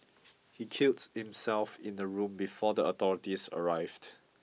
he killed himself in the room before the authorities arrived